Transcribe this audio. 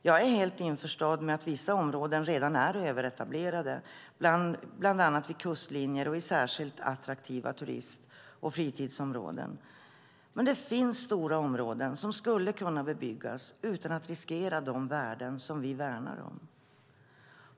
Jag är helt införstådd med att vissa områden redan är överetablerade, bland annat vid kustlinjer och i vissa särskilt attraktiva turist och fritidsområden. Men det finns stora områden som skulle kunna bebyggas utan att riskera de värden vi värnar om.